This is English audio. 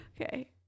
Okay